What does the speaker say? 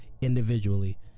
individually